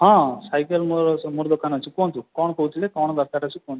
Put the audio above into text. ହଁ ସାଇକେଲ ମୋ ମୋର ଦୋକାନ ଅଛି କୁହନ୍ତୁ କ'ଣ କହୁଥିଲେ କ'ଣ ଦରକାର ଅଛି କୁହନ୍ତୁ